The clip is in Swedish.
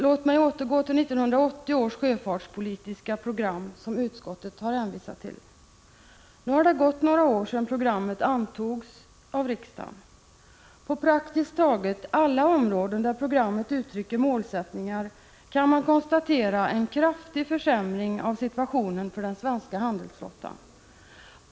Låt mig återgå till 1980 års sjöfartspolitiska program, som utskottet har hänvisat till. Det har nu gått några år sedan programmet antogs av riksdagen. På praktiskt taget alla områden där programmet uttrycker målsättningar kan man konstatera en kraftig försämring av situationen för den svenska handelsflottan.